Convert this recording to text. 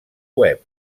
web